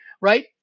Right